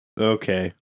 Okay